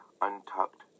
untucked